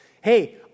hey